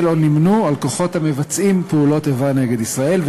או נמנו עם כוחות המבצעים פעולות איבה נגד ישראל,